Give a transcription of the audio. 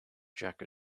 jack